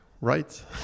Right